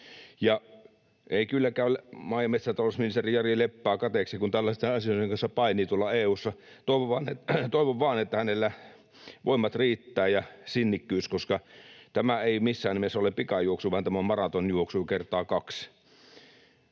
Ei kyllä käy maa- ja metsätalousministeri Jari Leppää kateeksi, kun tällaisten asioiden kanssa painii tuolla EU:ssa. Toivon vain, että hänellä voimat ja sinnikkyys riittävät, koska tämä ei missään nimessä ole pikajuoksu vaan tämä on maratonjuoksu kertaa kaksi.